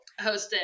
hosted